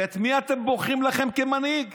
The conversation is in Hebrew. ואת מי אתם בוחרים לכם כמנהיג?